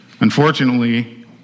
Unfortunately